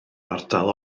ardal